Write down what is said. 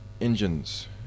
engines